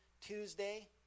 Tuesday